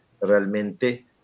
realmente